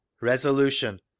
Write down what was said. Resolution